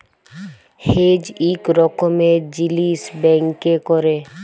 hedge ইক রকমের জিলিস ব্যাংকে ক্যরে